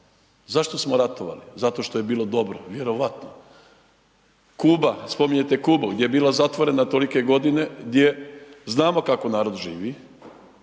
Zašto smo ratovali? Zato što je bilo dobro, vjerojatno. Kuba, spominjete Kubu gdje je bila zatvorena tolike godine, gdje znamo kako narod živi,